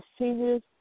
seniors